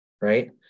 right